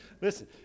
Listen